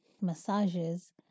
massages